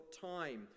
time